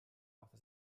machte